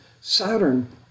Saturn